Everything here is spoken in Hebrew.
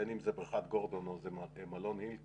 בין אם זה בריכת גורדון או מלון הילטון